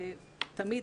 תמיד,